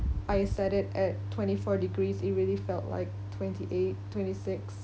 I set it at twenty four degrees it really felt like twenty eight twenty six